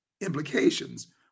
implications